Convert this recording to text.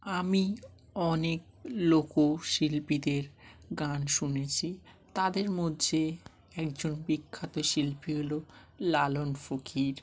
আমি অনেক লোকশিল্পীদের গান শুনেছি তাদের মধ্যে একজন বিখ্যাত শিল্পী হলো লালন ফকির